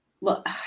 look